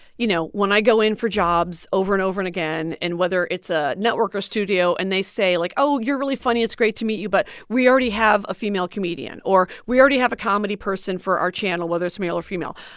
you know, when i go in for jobs, over and over and again and whether it's a network or studio and they say, like, you're really funny, it's great to meet you, but we already have a female comedian, or we already have a comedy person for our channel, whether it's male or female,